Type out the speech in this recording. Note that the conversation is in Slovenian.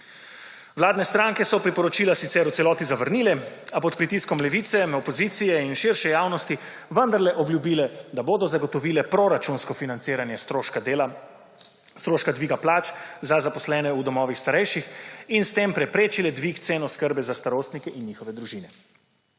Vladne stranke so priporočila sicer v celoti zavrnile, a pod pritiskom Levice, opozicije in širše javnosti vendarle obljubile, da bodo zagotovile proračunsko financiranje stroška dviga plač za zaposlene v domovih starejših in s tem preprečile dvig cen oskrbe za starostnike in njihove družine.